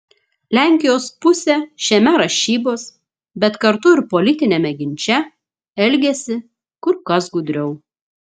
lenkijos pusė šiame rašybos bet kartu ir politiniame ginče elgiasi kur kas gudriau